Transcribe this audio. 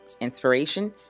Inspiration